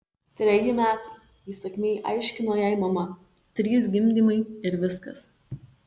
treji metai įsakmiai aiškino jai mama trys gimdymai ir viskas